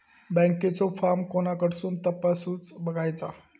बँकेचो फार्म कोणाकडसून तपासूच बगायचा?